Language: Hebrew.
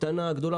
קטנה גדולה,